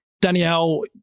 Danielle